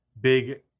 big